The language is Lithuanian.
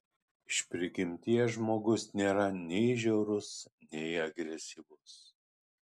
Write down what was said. iš prigimties žmogus nėra nei žiaurus nei agresyvus